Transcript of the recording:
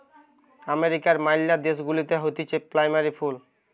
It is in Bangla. আমেরিকার ম্যালা দেশ গুলাতে হতিছে প্লুমেরিয়া ফুল